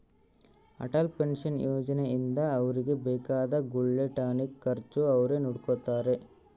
Atal pension ಯೋಜನೆ ಇಂದ ಅವ್ರಿಗೆ ಬೇಕಾದ ಗುಳ್ಗೆ ಟಾನಿಕ್ ಖರ್ಚು ಅವ್ರೆ ನೊಡ್ಕೊತಾರ